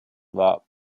war